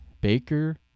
Baker